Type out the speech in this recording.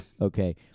Okay